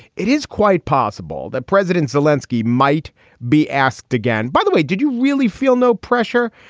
it is quite possible that president zelinsky might be asked again. by the way, did you really feel no pressure?